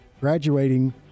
Graduating